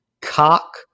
Cock